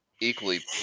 equally